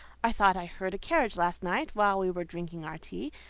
i thought i heard a carriage last night, while we were drinking our tea,